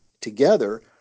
Together